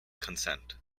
consent